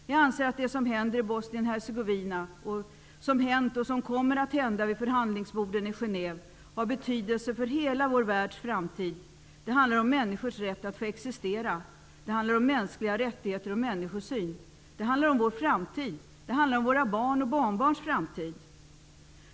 Jag anser att det som händer i Bosnien Hercegovina och som händer och kommer att hända vid förhandlingsborden i Genève har betydelse för hela vår världs framtid. Det handlar om människors rätt att få existera. Det handlar om mänskliga rättigheter och människosyn. Det handlar om vår framtid, om våra barns och barnbarns framtid.